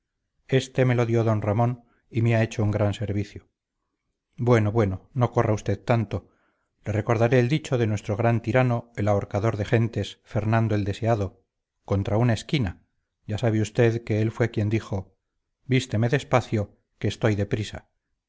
este me lo dio d ramón y me ha hecho un gran servicio bueno bueno no corra usted tanto le recordaré el dicho de nuestro gran tirano el ahorcador de gentes fernando el deseado contra una esquina ya sabe usted que él fue quien dijo vísteme despacio que estoy de prisa